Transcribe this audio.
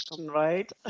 right